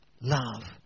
love